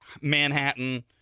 Manhattan